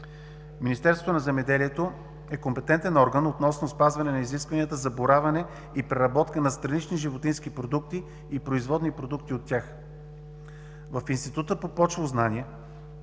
Министерството на земеделието е компетентен орган относно спазване на изискванията за боравене и преработка на странични животински продукти и производни продукти от тях. В Института по почвознание,